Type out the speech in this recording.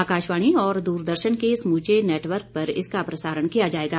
आकाशवाणी और दूरदर्शन के समूचे नेटवर्क पर इसका प्रसारण किया जायेगा